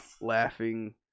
laughing